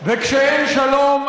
וכשאין שלום,